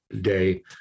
day